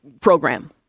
program